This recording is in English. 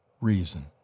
reason